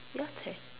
your turn